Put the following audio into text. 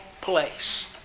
place